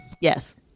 Yes